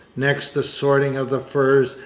next, the sorting of the furs,